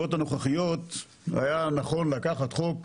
בנסיבות הנוכחיות היה נכון לקחת חוק